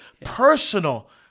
Personal